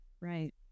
Right